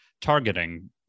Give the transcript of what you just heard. targeting